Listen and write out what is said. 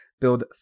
build